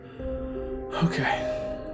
Okay